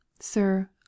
Sir